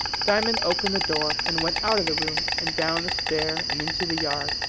diamond opened the door, and went out of the room, and down the stair and into the yard.